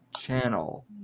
channel